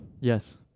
Yes